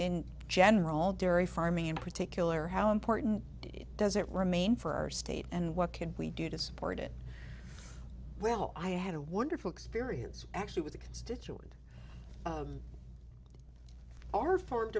and general dairy farming in particular how important it does it remain for our state and what can we do to support it well i had a wonderful experience actually with a constituent our for